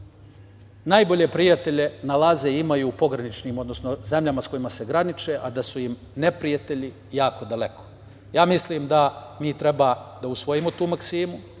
najbolje prijatelje nalaze i imaju u pograničnim, odnosno zemljama sa kojima se graniče, a da su im neprijatelji jako daleko. Ja mislim da mi treba da usvojimo tu maksimu,